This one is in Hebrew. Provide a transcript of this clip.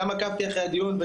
גם עקבתי אחרי הדיון,